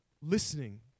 listening